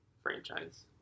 franchise